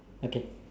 okay